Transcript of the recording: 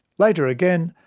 later again,